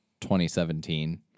2017